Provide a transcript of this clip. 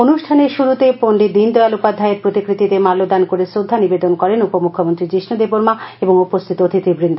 অনুষ্ঠানের শুরুতে পণ্ডিত দীনদয়াল উপাধ্যায়ের প্রতিকৃতিতে মাল্যদান করে শ্রদ্ধা নিবেদন করেন উপমুখ্যমন্ত্রী যীষ্ণ দেববর্মা ও উপস্হিত অতিথিগণ